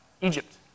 Egypt